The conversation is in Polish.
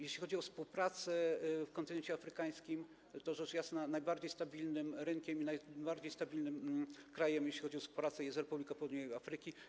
Jeśli chodzi o współpracę na kontynencie afrykańskim, to rzecz jasna najbardziej stabilnym rynkiem i najbardziej stabilnym krajem, jeśli chodzi o współpracę, jest Republika Południowej Afryki.